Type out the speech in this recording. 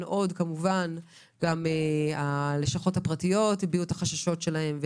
גם הלשכות הפרטיות הביעו את החששות שלהם.